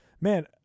man